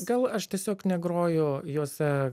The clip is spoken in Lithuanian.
gal aš tiesiog negroju jose